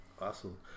Awesome